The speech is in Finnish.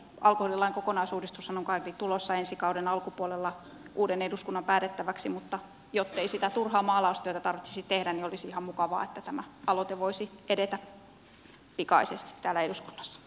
alkoholilain kokonaisuudistushan on kaiketi tulossa ensi kauden alkupuolella uuden eduskunnan päätettäväksi mutta jottei sitä turhaa maalaustyötä tarvitsisi tehdä niin olisi ihan mukavaa että tämä aloite voisi edetä pikaisesti täällä eduskunnassa